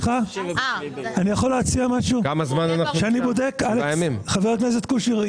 חבר הכנסת קושניר,